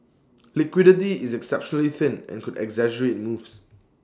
liquidity is exceptionally thin and could exaggerate moves